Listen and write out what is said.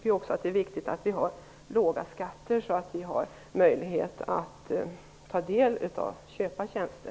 Jag tycker att det är viktigt att vi har låga skatter så att vi har möjlighet att köpa tjänster.